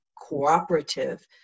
cooperative